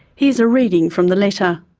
here's a reading from the letter.